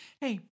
hey